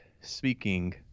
speaking